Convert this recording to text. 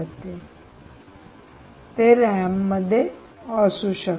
उदाहरणार्थ ते रॅम मध्ये असू शकते